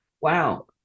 Wow